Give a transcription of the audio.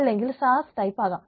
അല്ലെങ്കിൽ SAAS ടൈപ്പാകാം